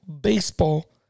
baseball